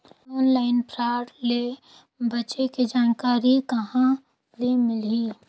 Online fraud ले बचे के जानकारी कहां ले मिलही?